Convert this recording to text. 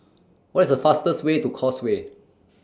What IS The fastest Way to Causeway